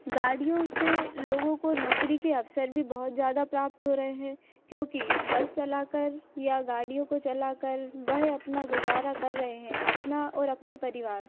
गाड़ियों से लोगों को नौकरी के अवसर भी बहुत ज्यादा प्राप्त हो रहे हैं क्योंकि बस चला कर या गाड़ियों को चलाकर वह अपना गुजारा कर रहे हैं अपना और अपने परिवार